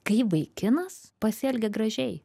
kai vaikinas pasielgė gražiai